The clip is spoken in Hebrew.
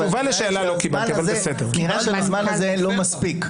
אבל הזמן הזה לא מספיק.